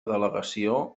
delegació